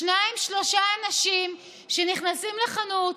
שניים-שלושה אנשים שנכנסים לחנות,